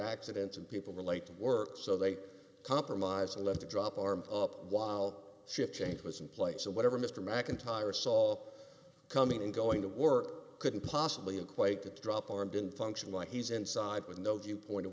accidents and people relate to work so they compromise and let it drop arm up while shift change was in place and whatever mr macintyre saw coming and going to work couldn't possibly equate to drop armed in function like he's inside with no due point of